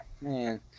man